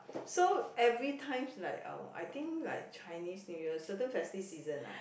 so every times like our I think like Chinese New Year certain festive season lah